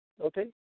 okay